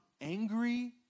angry